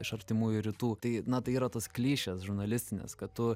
iš artimųjų rytų tai na tai yra tos klišės žurnalistinės kad tu